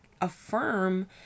affirm